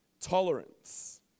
Tolerance